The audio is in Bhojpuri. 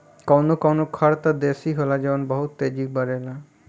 कवनो कवनो खर त देसी होला जवन बहुत तेजी बड़ेला